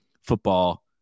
football